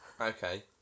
Okay